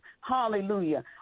Hallelujah